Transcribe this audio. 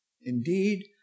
Indeed